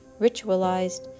ritualized